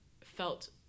felt